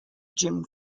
jim